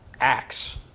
acts